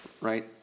Right